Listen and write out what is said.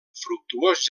fructuós